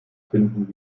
finden